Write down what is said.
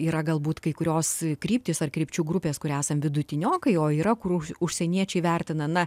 yra galbūt kai kurios kryptys ar krypčių grupės kur esam vidutiniokai o yra kur užsieniečiai vertina na